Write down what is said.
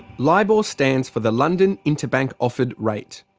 libor stands for the london interbank offered rate.